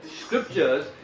scriptures